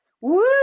woo